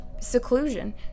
seclusion